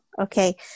okay